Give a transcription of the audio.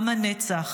עם הנצח,